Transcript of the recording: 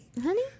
Honey